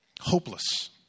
Hopeless